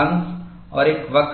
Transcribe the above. अंश और एक वक्र होगा